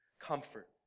Comfort